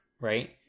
right